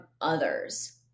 others